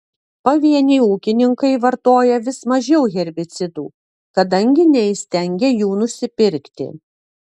pavieniai ūkininkai vartoja vis mažiau herbicidų kadangi neįstengia jų nusipirkti